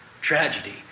tragedy